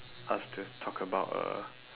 us to talk about a